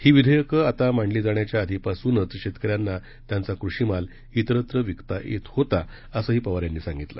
ही विधेयक आता मांडली जाण्याच्या आधीपासूनच शेतकऱ्यांना त्यांचा कृषीमाल इतरत्र विकता येत होता असंही पवार यांनी सांगितलं